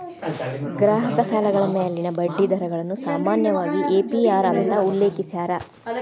ಗ್ರಾಹಕ ಸಾಲಗಳ ಮ್ಯಾಲಿನ ಬಡ್ಡಿ ದರಗಳನ್ನ ಸಾಮಾನ್ಯವಾಗಿ ಎ.ಪಿ.ಅರ್ ಅಂತ ಉಲ್ಲೇಖಿಸ್ಯಾರ